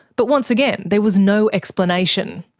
but once again there was no explanation.